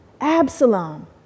Absalom